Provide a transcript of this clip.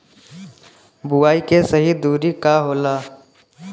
बुआई के सही दूरी का होला?